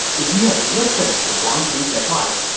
if you had listened to wang ping's advice,